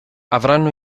avranno